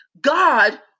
God